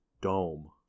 dome